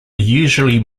usually